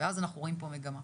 ואז אנחנו רואים פה מגמה.